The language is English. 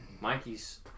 Mikey's